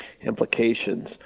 implications